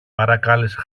παρακάλεσε